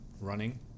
running